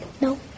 No